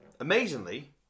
Amazingly